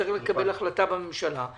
צריך לקבל החלטה בממשלה?